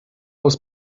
aus